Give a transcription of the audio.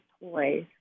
toys